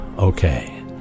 Okay